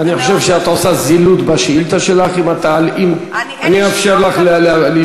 אני חושב שאת עושה זילות של השאילתה שלך אם אני אאפשר לך לשאול.